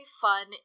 fun